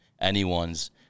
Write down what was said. anyone's